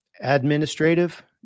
administrative